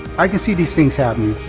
i can see these things happening.